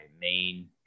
main